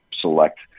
select